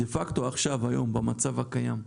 דה פקטו, עכשיו היום, במצב הקיים,